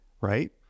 right